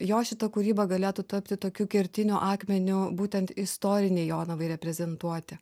jo šita kūryba galėtų tapti tokiu kertiniu akmeniu būtent istorinei jonavai reprezentuoti